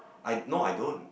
I no I don't